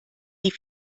die